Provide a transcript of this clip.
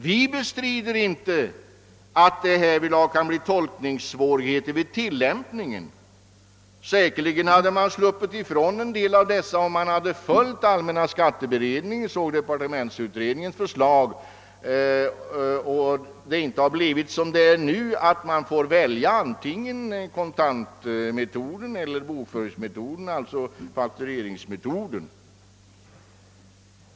Vi bestrider inte att det härvidlag kan bli tolkningssvårigheter vid tillämpningen. Säkerligen hade vi sluppit ifrån en del av dessa svårigheter, om allmänna skatteberedningens och departementsutredningens förslag hade följts och det alltså inte blivit som det nu föreslagits, nämligen att man får välja antingen kontantmetoden eller bokföringsmetoden, dvs. faktureringsmetoden.